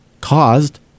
caused